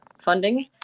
funding